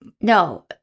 No